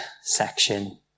section